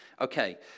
Okay